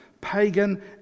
pagan